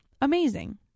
Amazing